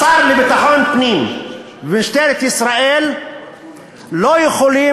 השר לביטחון פנים ומשטרת ישראל לא יכולים